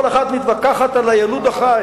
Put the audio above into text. כל אחת מתווכחת על היילוד החי,